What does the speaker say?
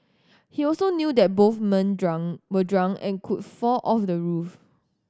he also knew that both men drunk were drunk and could fall off the roof